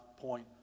point